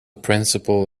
principle